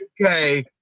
Okay